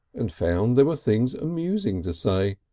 and found there were things amusing to say.